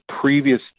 previous